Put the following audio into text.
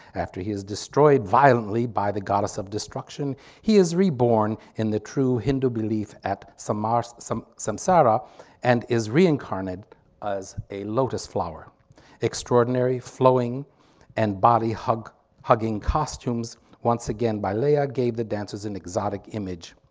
after he is destroyed violently by the goddess of destruction he is reborn in the true hindu belief at samar's some samsara and is reincarnated as a lotus flower extraordinary flowing and body hugging. costumes once again by lea ah gave the dancers in exotic image.